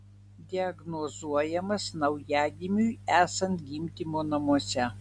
diagnozuojamas naujagimiui esant gimdymo namuose